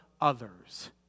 others